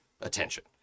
attention